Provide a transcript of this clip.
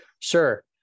sure